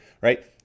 right